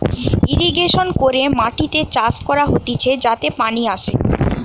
irrigation করে মাটিতে চাষ করা হতিছে যাতে পানি আসে